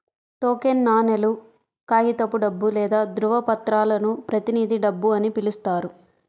token నాణేలు, కాగితపు డబ్బు లేదా ధ్రువపత్రాలను ప్రతినిధి డబ్బు అని పిలుస్తారు